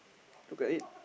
look at it